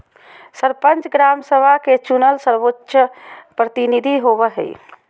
सरपंच, ग्राम सभा के चुनल सर्वोच्च प्रतिनिधि होबो हइ